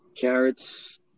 carrots